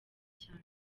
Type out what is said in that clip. cyane